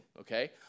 okay